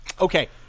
Okay